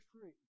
free